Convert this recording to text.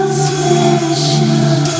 special